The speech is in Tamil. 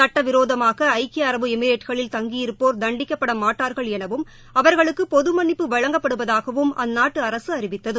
சட்டவிரோதமாக ஐக்கிய அரபு எமிரேட்டுகளில் தங்கியிருப்போர் தண்டிக்கப்படமாட்டார்கள் எனவும் அவர்களுக்கு பொதுமன்னிப்பு வழங்கப்படுவதாகவும் அந்நாட்டு அரசு அறிவித்தது